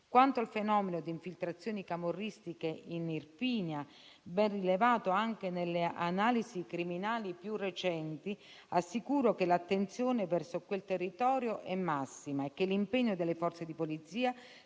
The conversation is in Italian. Quanto al fenomeno di infiltrazioni camorristiche in Irpinia, ben rilevato anche nelle analisi criminali più recenti, assicuro che l'attenzione verso quel territorio è massima e che l'impegno delle Forze di polizia